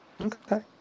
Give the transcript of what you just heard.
Okay